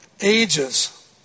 ages